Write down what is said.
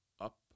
up